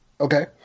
okay